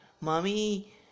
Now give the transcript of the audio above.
Mommy